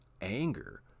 anger